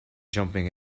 jumping